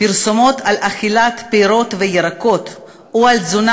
פרסומות על אכילת פירות וירקות או על תזונה